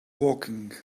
woking